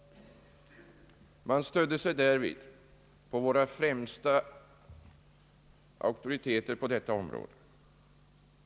Regeringen stödde sig därvid på våra främsta auktoriteter på detta område.